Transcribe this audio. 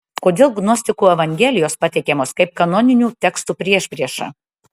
kodėl gnostikų evangelijos pateikiamos kaip kanoninių tekstų priešprieša